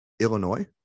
Illinois